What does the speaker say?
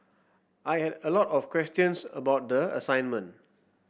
I had a lot of questions about the assignment